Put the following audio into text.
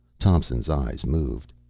thompson's eyes moved.